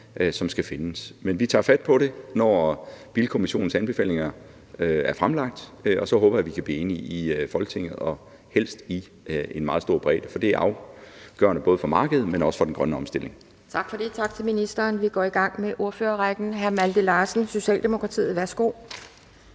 om skal findes. Men vi tager fat på det, når bilkommissionens anbefalinger er fremlagt, og så håber jeg, at vi kan blive enige i Folketinget og helst bliver det i en meget stor bredde, for det er afgørende for både markedet og den grønne omstilling. Kl. 14:11 Anden næstformand (Pia Kjærsgaard): Tak for det, tak til ministeren. Vi går i gang med ordførerrækken. Hr. Malte Larsen, Socialdemokratiet. Værsgo.